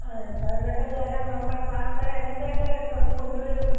ആ എത്രയും പെട്ടെന്ന് തരാൻ നോക്കാം സാർ അന്നേരം എന്നത്തേക്ക് ഡ്രസ്സ് കൊണ്ടു വരും